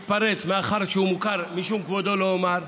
שהתפרץ, ומאחר שהוא מוכר, משום כבודו לא אומר,